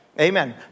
Amen